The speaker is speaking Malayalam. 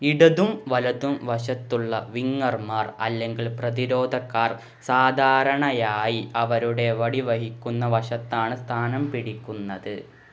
ഇടതും വലതും വശത്തുള്ള വിങ്ങർമാർ അല്ലെങ്കിൽ പ്രതിരോധക്കാർ സാധാരണയായി അവരുടെ വടി വഹിക്കുന്ന വശത്താണ് സ്ഥാനം പിടിക്കുന്നത്